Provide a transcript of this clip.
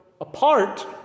apart